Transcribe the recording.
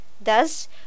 Thus